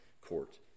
court